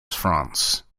france